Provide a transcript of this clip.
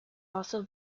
also